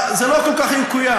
לא כל כך יקוים,